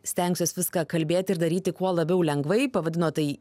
stengsiuos viską kalbėti ir daryti kuo labiau lengvai pavadino tai